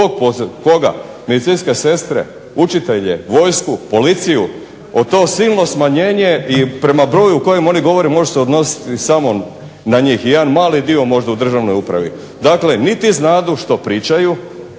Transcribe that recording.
koga? Medicinske sestre, učitelje, vojsku, policiju? To silno smanjenje i prema broju o kojem oni govore može se odnositi samo na njih, jedan mali dio možda u državnoj upravi. Dakle, niti znadu što pričaju